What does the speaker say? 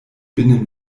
binnen